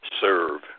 serve